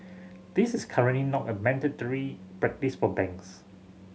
this is currently not a mandatory practise for banks